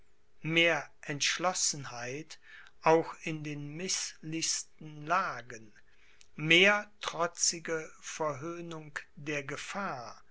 mehr entschlossenheit auch in den mißlichsten lagen mehr trotzige verhöhnung der gefahr